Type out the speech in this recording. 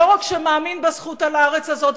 לא רק שמאמין בזכות על הארץ הזאת,